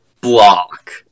block